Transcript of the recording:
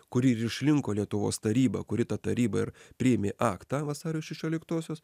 kur ir išrinko lietuvos tarybą kuri ta taryba ir priėmė aktą vasario šešioliktosios